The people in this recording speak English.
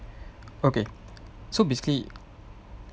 okay so basically